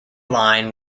line